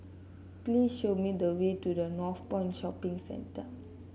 please show me the way to the Northpoint Shopping Centre